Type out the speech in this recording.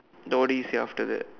then what did he say after that